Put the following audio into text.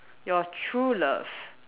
your true love